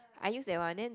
I use that one then